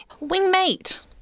Wingmate